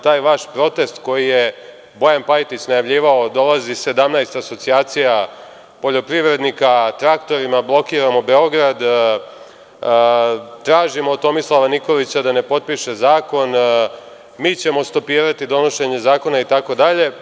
Taj vaš protest koji je Bojan Pajtić najavljivao – dolazi 17 asocijacija poljoprivrednika, traktorima blokiramo Beograd, tražimo od Tomislava Nikolića da ne potpiše zakon, mi ćemo stopirati donošenje zakona itd.